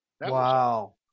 Wow